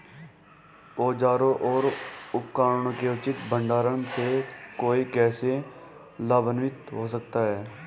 औजारों और उपकरणों के उचित भंडारण से कोई कैसे लाभान्वित हो सकता है?